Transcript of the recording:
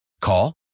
Call